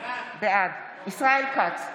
בעד ישראל כץ,